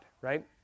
Right